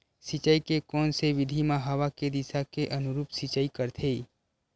सिंचाई के कोन से विधि म हवा के दिशा के अनुरूप सिंचाई करथे?